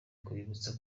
kubibutsa